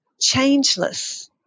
changeless